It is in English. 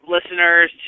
Listeners